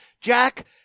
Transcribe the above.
Jack